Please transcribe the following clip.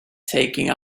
taking